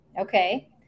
Okay